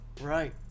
Right